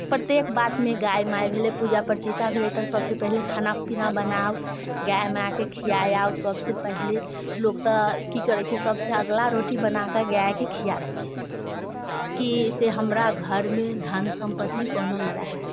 प्रत्येक बातमे गाय माय भेलै पूजा प्रतिष्ठासँ लेकर सभसँ पहिले खाना पीना बनाउ गाय मायके खिआ आउ सभसँ पहिले लोक तऽ की करै छै सभसँ अगिला रोटी बना कऽ गायकेँ खिआ दै छै की से हमरा घरमे धन सम्पत्ति बनल रहय